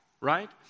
right